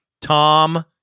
Tom